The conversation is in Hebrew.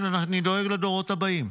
כן, אני דואג לדורות הבאים.